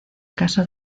caso